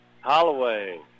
Holloway